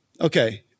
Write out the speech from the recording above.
Okay